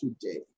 today